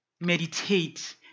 Meditate